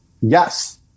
yes